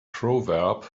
proverb